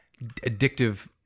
addictive